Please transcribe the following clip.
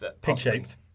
Pig-shaped